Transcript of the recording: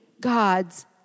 God's